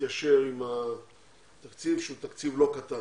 להתיישר עם התקציב שהוא תקציב לא קטן,